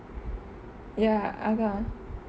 ya அதா:athaa